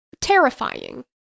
terrifying